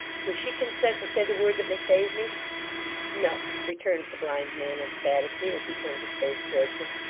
does she consent to say the word that may save me no, returned the blind man emphatically, as he turned his face towards him.